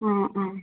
ആ ആ